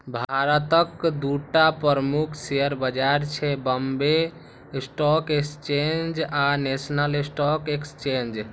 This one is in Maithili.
भारतक दूटा प्रमुख शेयर बाजार छै, बांबे स्टॉक एक्सचेंज आ नेशनल स्टॉक एक्सचेंज